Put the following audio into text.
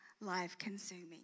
life-consuming